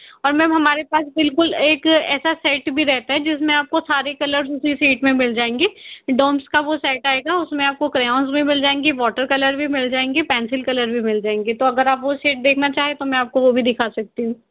और मैम हमारे पास बिल्कुल एक ऐसा सेट भी रहता है जिसमें आपको सारे कलर्स उसी सेट में मिल जायेंगे डोम्स का वो सेट आएगा उसमें आपको क्रेऑन्स भी मिल जाएंगे वॉटर कलर भी मिल जाएंगे पेंसिल कलर भी मिल जाएंगे तो अगर आप वो सेट देखना चाहें तो मैं आपको वो भी दिखा सकती हूँ